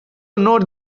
note